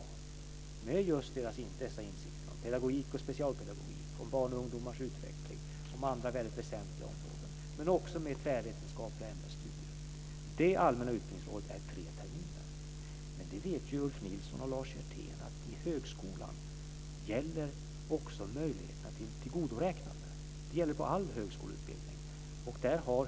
Det handlar just om dessa insikter om pedagogik och specialpedagogik, om barns och ungdomars utveckling och om andra väldigt väsentliga områden men också om tvärvetenskapliga ämnesstudier. Det allmänna utbildningsområdet är tre terminer. Men Ulf Nilsson och Lars Hjertén vet ju att det i högskolan också finns en möjlighet till tillgodoräknande. Det gäller på alla våra högskoleutbildningar.